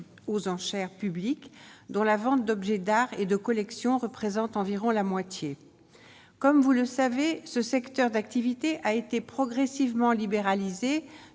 aux enchères publiques dans la vente d'objets d'art et de collections représentent environ la moitié comme vous le savez, ce secteur d'activité a été progressivement libéralisé